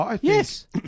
Yes